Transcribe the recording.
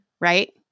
right